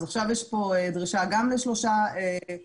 אז עכשיו יש פה דרישה גם לשלושה קורסים,